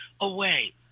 away